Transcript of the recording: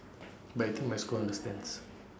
but I think my school understands